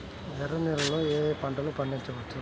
ఎర్ర నేలలలో ఏయే పంటలు పండించవచ్చు?